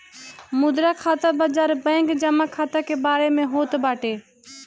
मुद्रा खाता बाजार बैंक जमा खाता के बारे में होत बाटे